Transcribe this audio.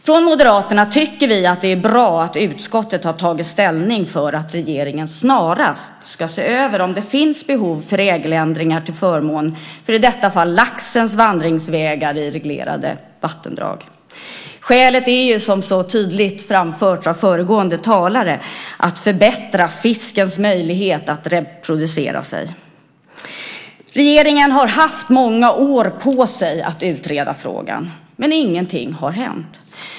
Från Moderaterna tycker vi att det är bra att utskottet har tagit ställning för att regeringen snarast ska se över om det finns behov av regeländringar till förmån för i detta fall laxens vandringsvägar i reglerade vattendrag. Skälet är ju, som så tydligt framförts av föregående talare, att förbättra fiskens möjlighet att reproducera sig. Regeringen har haft många år på sig att utreda frågan, men ingenting har hänt.